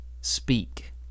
speak